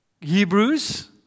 Hebrews